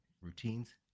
routines